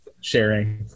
sharing